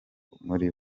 muri